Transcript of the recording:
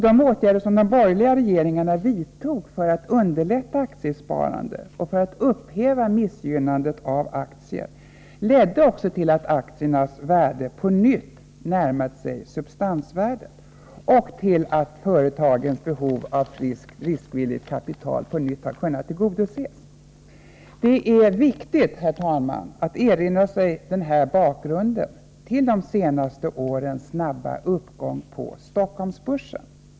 De åtgärder som de borgerliga regeringarna vidtog för att underlätta aktiesparande och upphäva missgynnandet av aktier ledde till att aktiernas värde på nytt närmade sig substansvärdet och till att företagens behov av friskt riskvilligt kapital åter kunde tillgodoses. Det är viktigt, herr talman, att erinra sig denna bakgrund till de senare årens snabba uppgång på Stockholmsbörsen.